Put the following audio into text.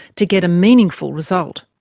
to get a meaningful result.